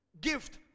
gift